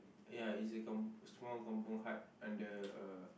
ya it's a kam~ small kampung hut under a